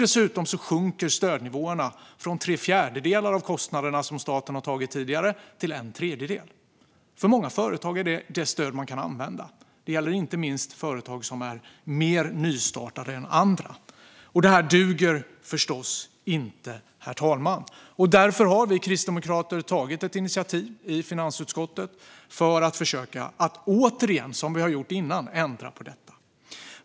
Dessutom sjunker stödnivåerna från tre fjärdedelar av kostnaderna, som staten har tagit tidigare, till en tredjedel. För många företag är detta det stöd som de kan använda. Det gäller inte minst företag som är mer nystartade än andra. Det här duger förstås inte, herr talman. Därför har vi kristdemokrater tagit ett initiativ i finansutskottet för att försöka att återigen, som vi har gjort innan, ändra på detta.